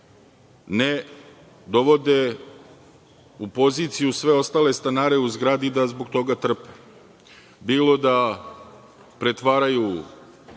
ne dovode u poziciju sve ostale stanare u zgradi da zbog toga trpe. Bilo da pretvaraju